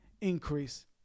Increase